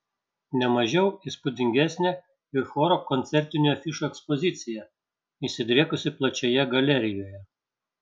ne mažiau įspūdingesnė ir choro koncertinių afišų ekspozicija išsidriekusi plačioje galerijoje